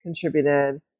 contributed